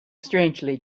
strangely